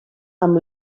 amb